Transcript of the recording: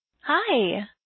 Hi